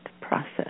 process